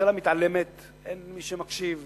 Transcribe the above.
שהממשלה מתעלמת, אין מי שמקשיב.